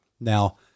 Now